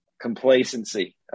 complacency